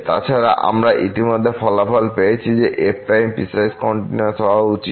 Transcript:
তাছাড়া আমরা ইতিমধ্যে ফলাফল পেয়েছি যে f পিসওয়াইস কন্টিনিউয়াস হওয়া উচিত